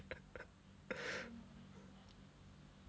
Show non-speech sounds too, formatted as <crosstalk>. <laughs>